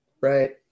right